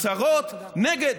הצהרות נגד.